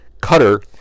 Cutter